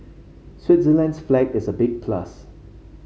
Switzerland's flag is a big plus